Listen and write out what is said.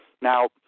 Now